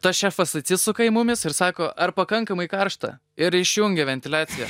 tas šefas atsisuka į mumis ir sako ar pakankamai karšta ir išjungia ventiliaciją